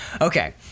okay